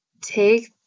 take